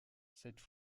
cette